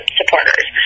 supporters